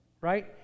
Right